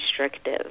restrictive